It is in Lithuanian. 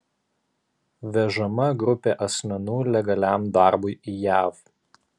vežama grupė asmenų legaliam darbui į jav